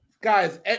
guys